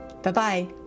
Bye-bye